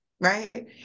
right